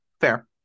Fair